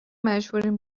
مجبوریم